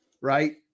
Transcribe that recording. Right